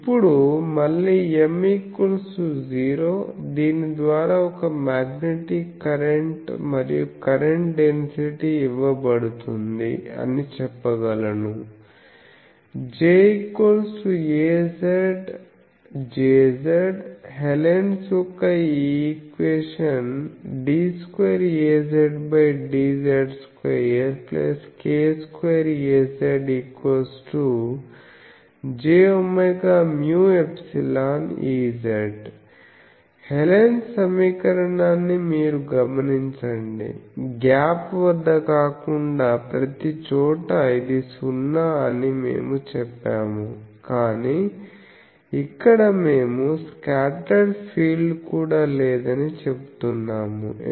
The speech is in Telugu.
ఇప్పుడు మళ్ళీ M0 దీని ద్వారా ఒక మాగ్నెటిక్ కరెంట్ మరియు కరెంట్ డెన్సిటీ ఇవ్వబడుతుంది అని చెప్పగలను JazJzహెలెన్స్ యొక్క ఈ ఈక్వేషన్ d2Azdz2k2Az jwμ∊Ez హెలెన్ సమీకరణాన్ని మీరు గమనించండి గ్యాప్ వద్ద కాకుండా ప్రతిచోటా ఇది సున్నా అని మేము చెప్పాము కాని ఇక్కడ మేము స్కాటర్డ్ ఫీల్డ్ కూడా లేదని చెబుతున్నాము